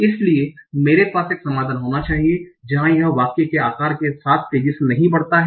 इसलिए मेरे पास एक समाधान होना चाहिए जहां यह वाक्य के आकार के साथ तेजी से नहीं बढ़ता है